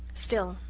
still,